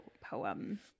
poem